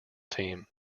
team